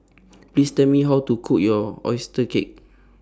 Please Tell Me How to Cook your Oyster Cake